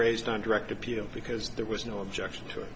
raised on direct appeal because there was no objection